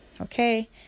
Okay